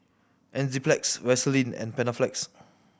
Enzyplex Vaselin and Panaflex